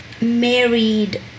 Married